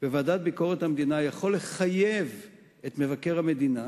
בוועדה לביקורת המדינה יכול לחייב את מבקר המדינה